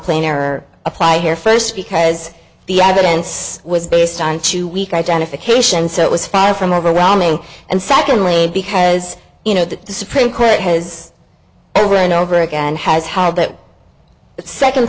plane or apply here first because the evidence was based on two week identification so it was far from over romney and secondly because you know that the supreme court has over and over again has had that second